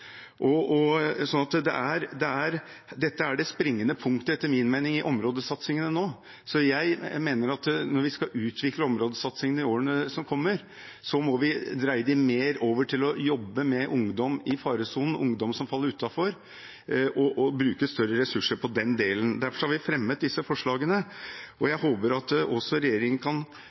Dette er det springende punktet, etter min mening, i områdesatsingene nå. Jeg mener at når vi skal utvikle områdesatsingen i årene som kommer, må vi dreie det mer over til å jobbe med ungdom i faresonen, ungdom som faller utenfor, og bruke større ressurser på den delen. Derfor har vi fremmet disse forslagene. Jeg håper at også regjeringen kan